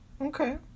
Okay